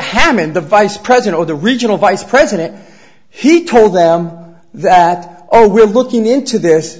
hammond the vice president or the regional vice president he told them that oh we're looking into this